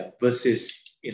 versus